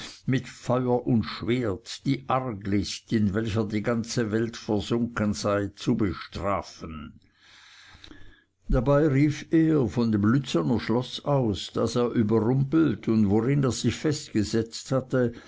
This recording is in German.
mit feuer und schwert die arglist in welcher die ganze welt versunken sei zu bestrafen dabei rief er von dem lützner schloß aus das er überrumpelt und worin er sich festgesetzt hatte